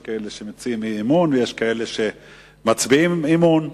יש כאלה שמציעים אי-אמון ויש כאלה שמצביעים אמון,